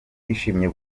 yishimiye